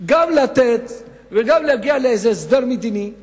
גם לתת וגם להגיע לאיזה הסדר מדיני,